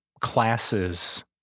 classes